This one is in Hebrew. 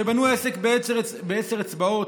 שבנו עסק בעשר אצבעות,